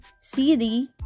CD